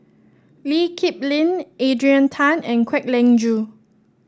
Lee Kip Lin Adrian Tan and Kwek Leng Joo